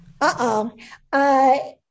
Uh-oh